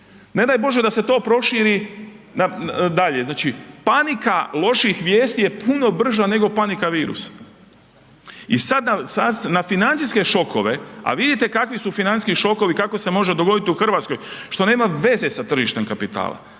ne daj Bože da se to proširi dalje, znači panika loših vijesti je puno brža nego panika virusa. I sada, na financijske šokove, a vidite kakvi su financijski šokovi, kako se može dogoditi u Hrvatskoj, što nema veze sa tržištem kapitala,